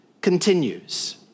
continues